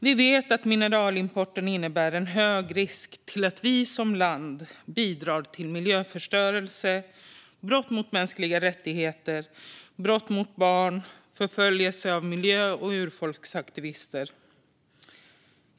Vi vet att mineralimporten innebär en hög risk för att vi som land bidrar till miljöförstöring, brott mot mänskliga rättigheter, brott mot barn och förföljelse av miljö och urfolksaktivister.